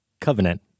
Covenant